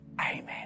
Amen